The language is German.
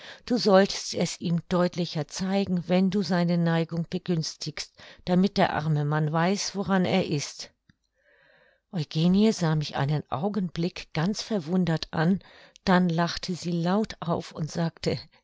du solltest es ihm deutlicher zeigen wenn du seine neigung begünstigst damit der arme mann weiß woran er ist eugenie sah mich einen augenblick ganz verwundert an dann lachte sie laut auf und sagte